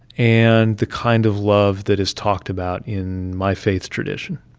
and the kind of love that is talked about in my faith tradition,